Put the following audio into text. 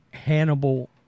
Hannibal